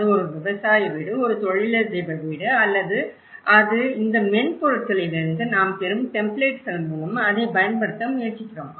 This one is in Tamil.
அது ஒரு விவசாய வீடு ஒரு தொழிலதிபர் வீடு அல்லது அது இந்த மென்பொருட்களிலிருந்து நாம் பெறும் டெம்ப்ளேட்கள் மூலம் அதைப் பயன்படுத்த முயற்சிக்கிறோம்